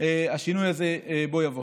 השינוי הזה בוא יבוא.